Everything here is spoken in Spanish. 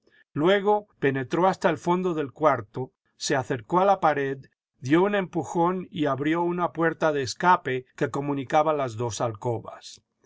luego penetró hasta el fondo del cuarto se acercó a la pared dio un empujón y abrió una puerta de escape que comunicaba las dos alcobas